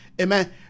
amen